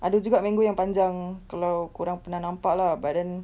ada juga mango yang panjang kalau kau orang pernah nampak lah but then